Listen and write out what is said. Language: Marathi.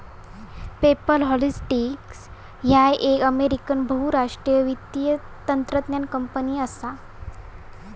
पेपल होल्डिंग्स ह्या एक अमेरिकन बहुराष्ट्रीय वित्तीय तंत्रज्ञान कंपनी असा